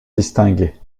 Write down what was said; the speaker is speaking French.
distingués